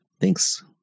Thanks